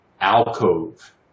alcove